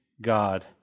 God